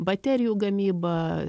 baterijų gamyba